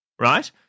Right